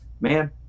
Man